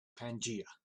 pangaea